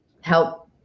help